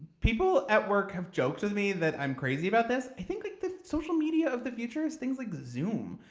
people at work have joked with me that i'm crazy about this. i think like the social media of the future is things like zoom,